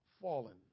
fallen